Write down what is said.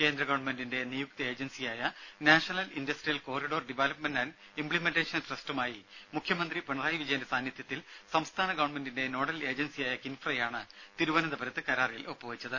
കേന്ദ്രഗവൺമെന്റിന്റെ നിയുക്ത ഏജൻസിയായ national industrial corridor development and implementation ട്രസ്റ്റുമായി മുഖ്യമന്ത്രി പിണറായി വിജയന്റെ സാന്നിധ്യത്തിൽ സംസ്ഥാന ഗവൺമെന്റിന്റെ നോഡൽ ഏജൻസിയായ കിൻഫ്രയാണ് തിരുവനന്തപുരത്ത് കരാറിൽ ഒപ്പുവെച്ചത്